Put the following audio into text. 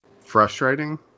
frustrating